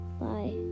Bye